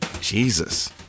Jesus